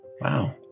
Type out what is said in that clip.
wow